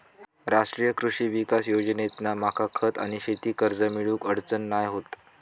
राष्ट्रीय कृषी विकास योजनेतना मका खत आणि शेती कर्ज मिळुक अडचण नाय होत